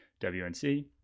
WNC